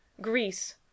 Greece